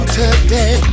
today